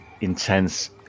intense